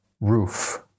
roof